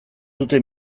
dute